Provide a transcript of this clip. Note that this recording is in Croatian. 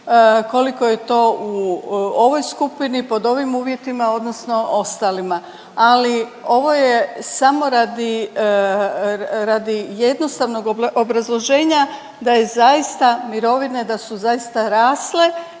koliko je to u ovoj skupini pod ovim uvjetima odnosno ostalima, ali ovo je samo radi, radi jednostavnog obrazloženja da je zaista, mirovine da su zaista rasle